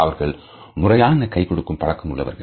அவர்கள் முறையான கை கொடுக்கும் பழக்கம் உள்ளவர்கள்